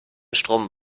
strom